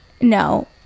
no